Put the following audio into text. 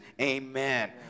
Amen